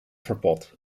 verpot